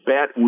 Bat